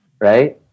Right